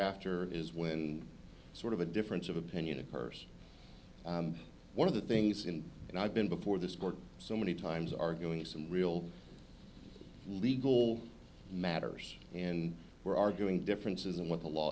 thereafter is when sort of a difference of opinion a curse one of the things in and i've been before this court so many times arguing some real legal matters and we're arguing differences and what the law